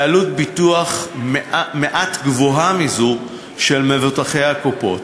ועלות ביטוח מעט גבוהה מזו של מבוטחי הקופות.